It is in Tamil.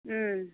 ம்